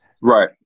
right